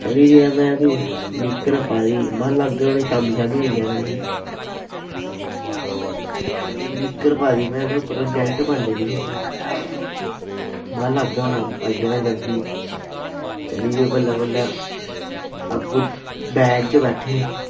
चली पेआ में बी निक्कर पाई दी महां लाग्गै होनी ऐ शाम्मी आई जाना निक्कर पाई दी में ते उप्पर जैकेट पाई लेदी ही में महां लाग्गै होना आई जाना जल्दी चली पे बल्लें बल्लें अग्गें वैन च बैठे